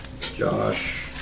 Josh